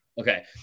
Okay